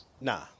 Nah